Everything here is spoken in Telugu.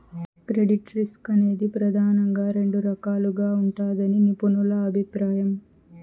క్రెడిట్ రిస్క్ అనేది ప్రెదానంగా రెండు రకాలుగా ఉంటదని నిపుణుల అభిప్రాయం